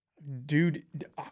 Dude